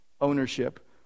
ownership